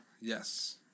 Yes